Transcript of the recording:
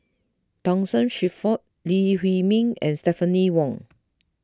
Thomas Shelford Lee Huei Min and Stephanie Wong